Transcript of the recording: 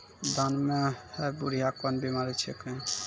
धान म है बुढ़िया कोन बिमारी छेकै?